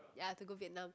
ya to go Vietnam